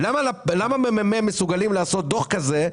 ולמה הממ"מ מסוגלים לעשות דוח כזה,